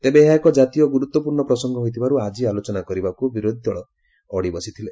ତେବେ ଏହା ଏକ ଜାତୀୟ ଗୁରୁତ୍ୱପୂର୍ଣ୍ଣ ପ୍ରସଙ୍ଗ ହୋଇଥିବାରୁ ଆଜି ଆଲୋଚନା କରିବାକୁ ବିରୋଧୀଦଳ ଅଡ଼ି ବସିଥିଲେ